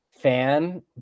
Fan